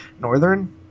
northern